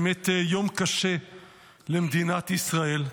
באמת יום קשה למדינת ישראל.